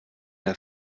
der